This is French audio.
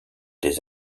des